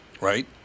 right